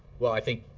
well, i think